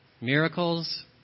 miracles